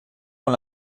con